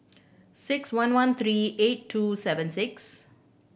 six one one three eight two seven six